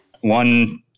One